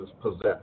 possessed